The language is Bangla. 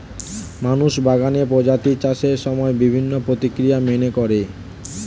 মানুষ বাগানে প্রজাপতির চাষের সময় বিভিন্ন প্রক্রিয়া মেনে করে